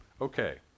Okay